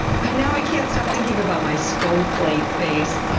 i know i can't stop thinking about my skull plate base. oh,